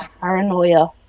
paranoia